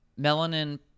melanin